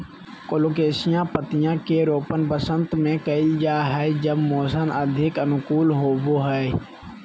colocasia पत्तियां के रोपण वसंत में कइल जा हइ जब मौसम अधिक अनुकूल होबो हइ